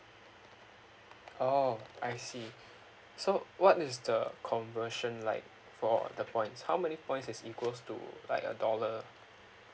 oh I see so what is the conversion like for the points how many points is equals to like a dollar